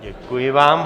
Děkuji vám.